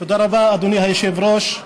תודה רבה, אדוני היושב-ראש.